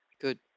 Good